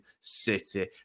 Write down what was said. City